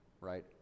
right